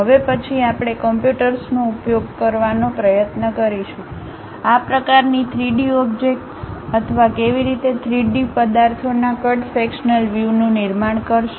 હવે હવે પછી આપણે કમ્પ્યુટર્સનો ઉપયોગ કરવાનો પ્રયત્ન કરીશું આ પ્રકારની 3D ઓબ્જેક્ટ્સ અથવા કેવી રીતે 3D પદાર્થોના કટ સેક્સનલ વ્યૂ નું નિર્માણ કરશે